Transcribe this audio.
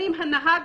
שנייה, רגע.